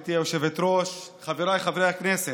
גברתי היושבת-ראש, חבריי חברי הכנסת,